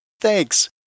Thanks